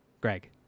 Greg